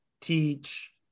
teach